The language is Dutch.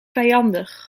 vijandig